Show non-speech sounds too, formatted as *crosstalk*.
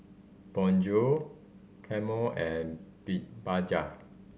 Bonjour Camel and *unintelligible* Bajaj